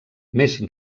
més